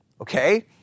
Okay